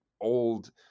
old